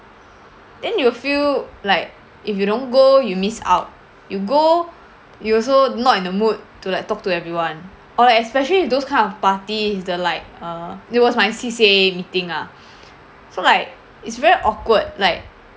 then you feel like if you don't go you miss out you go you also not in the mood to like talk to everyone or like especially if those kind of party it's the like uh it was my C_C_A meeting ah so like it's very awkward like